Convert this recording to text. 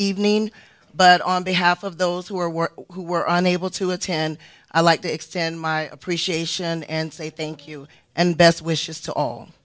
evening but on the half of those who are were who were unable to attend i like to extend my appreciation and say thank you and best wishes to